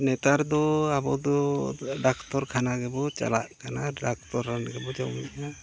ᱱᱮᱛᱟᱨ ᱫᱚ ᱟᱵᱚ ᱫᱚ ᱰᱟᱠᱛᱚᱨ ᱠᱷᱟᱱᱟ ᱜᱮᱵᱚᱱ ᱪᱟᱞᱟᱜ ᱠᱟᱱᱟ ᱰᱟᱠᱛᱚᱨ ᱨᱟᱱ ᱜᱮᱵᱚ ᱡᱚᱢᱮᱫᱼᱟ